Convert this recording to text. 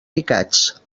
picats